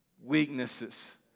weaknesses